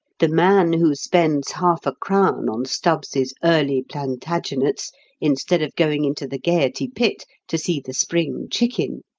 the man who spends half a crown on stubbs's early plantagenets instead of going into the gaiety pit to see the spring chicken,